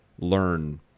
learn